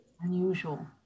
unusual